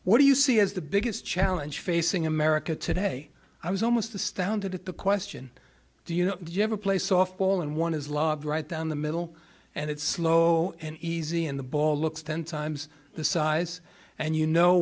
what do you see as the biggest challenge facing america today i was almost astounded at the question do you know you have a play softball and one is logged right down the middle and it's slow and easy and the ball looks ten times the size and you know